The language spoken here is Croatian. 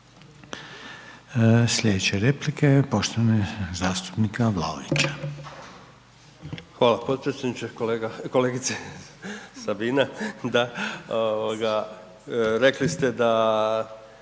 Slijedeća replika je poštovanog zastupnika Vlaovića.